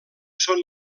són